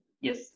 Yes